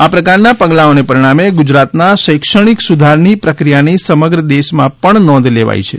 આ પ્રકારના પગલાઓના પરિણામે ગુજરાતના શૈક્ષણિક સુધારની પ્રક્રિયાની સમગ્ર દેશભરમાં પણ નોંધ લેવાઈ છે